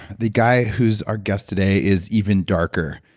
the guy who's our guest today is even darker.